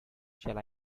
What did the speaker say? shall